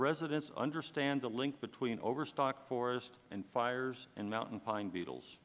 residents understand the link between overstocked forests and fires and mountain pine beetles